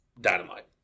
Dynamite